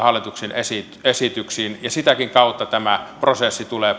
hallituksen esityksistä sitäkin kautta tämä prosessi tulee